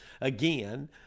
again